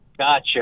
Gotcha